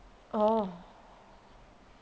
orh